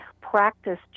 practice